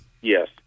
Yes